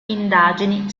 indagini